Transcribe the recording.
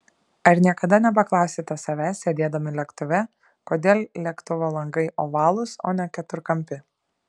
ar niekada nepaklausėte savęs sėdėdami lėktuve kodėl lėktuvo langai ovalūs o ne keturkampi